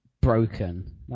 broken